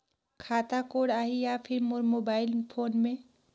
खाता कोड आही या फिर मोर मोबाइल फोन मे?